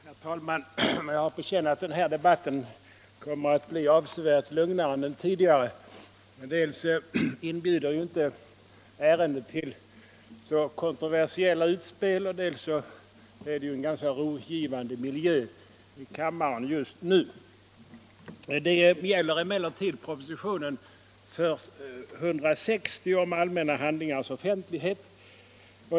Herr talman! Jag har på känn att den här debatten kommer att bli avsevärt lugnare än den tidigare. Dels inbjuder inte ärendet till så kontroversiella utspel, dels är det ganska rogivande i kammaren just nu. tentulighet.